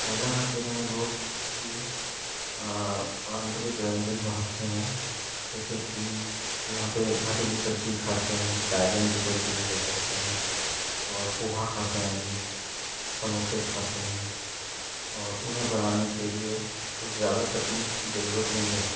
बालाघाट ज़िले में लोकप्रिय पारम्परिक व्यंजन बहुत से हैं जैसे कि यहाँ पर भाटे की सब्ज़ी खाते हैं बैंगन की सब्जी से कहते हैं और पोहा कहते हैं लोग समोसे खाते हैं और उन्हें बनाने के लिए कुछ ज़्यादा तकनीक़ की ज़रूरत नहीं रहती